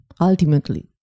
Ultimately